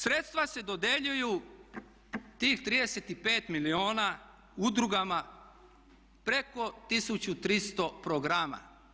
Sredstva se dodjeljuju tih 35 milijuna udrugama preko 1300 programa.